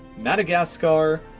madagascar,